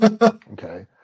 Okay